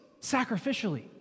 sacrificially